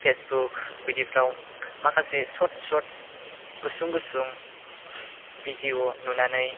Facebook बिदिफोराव माखासे short short गुसुं गुसुं भिडिय' नुनानै